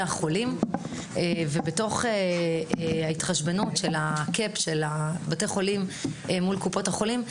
החולים ובתוך ההתחשבנות של ה-קאפ של בתי החולים מול קופות החולים,